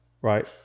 right